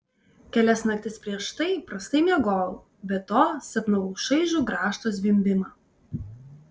kelias naktis prieš tai prastai miegojau be to sapnavau šaižų grąžto zvimbimą